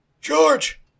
George